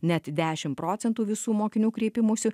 net dešim procentų visų mokinių kreipimųsi